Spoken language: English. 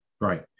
Right